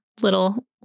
little